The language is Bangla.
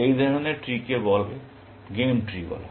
এই ধরনের ট্রি কে গেম ট্রি বলা হয়